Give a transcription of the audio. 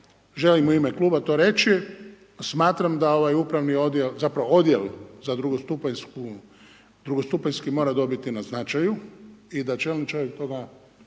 želim u ime kluba to reći, smatram da ovaj upravni odjel zapravo odjel za drugostupanjski, mora dobiti na značaju i da čelni čovjek toga,